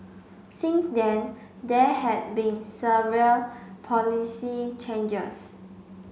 since then there had been several policy changes